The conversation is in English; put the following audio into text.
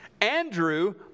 Andrew